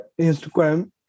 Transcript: Instagram